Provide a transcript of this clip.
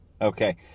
Okay